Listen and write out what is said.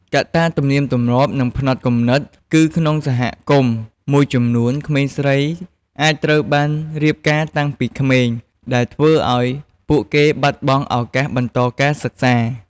កត្តាទំនៀមទម្លាប់ និងផ្នត់គំនិត គឺក្នុងសហគមន៍មួយចំនួន ក្មេងស្រីអាចត្រូវបានរៀបការតាំងពីក្មេង ដែលធ្វើឲ្យពួកគេបាត់បង់ឱកាសបន្តការសិក្សា។